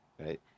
right